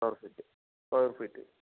square feet